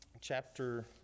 chapter